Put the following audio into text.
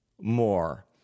more